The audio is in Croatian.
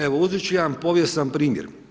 Evo uzet ću jedan povijesni primjer.